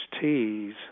T's